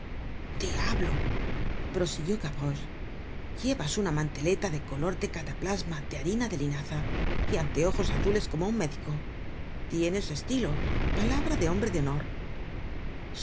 gavroche diablo prosiguió gavroche llevas una manteleta de color de cataplasma de harina de linaza y anteojos azules como un médico tienes estilo palabra de hombre de honor